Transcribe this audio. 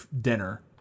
dinner